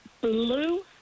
blue